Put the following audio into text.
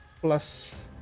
plus